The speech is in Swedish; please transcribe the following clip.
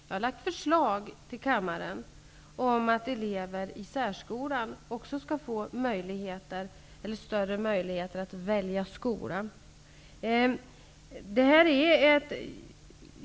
Jag har lagt förslag till kammaren om att elever i särskolan också skall få större möjligheter att välja skola.